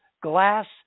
glass